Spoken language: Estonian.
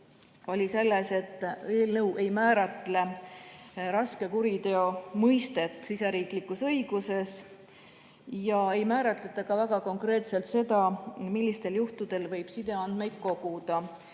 selles, et eelnõu ei määratle raske kuriteo mõistet siseriiklikus õiguses. See ei määratle ka väga konkreetselt seda, millistel juhtudel võib sideandmeid koguda.